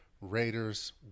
Raiders